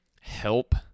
help